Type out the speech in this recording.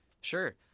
sure